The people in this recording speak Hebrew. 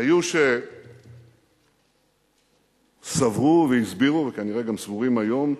היו שסברו והסבירו, וכנראה גם סבורים היום,